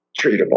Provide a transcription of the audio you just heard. treatable